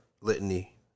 litany